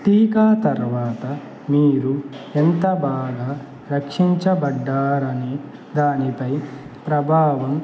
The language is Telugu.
టీకా తరువాత మీరు ఎంత బాగా రక్షించబడ్డారనే దానిపై ప్రభావం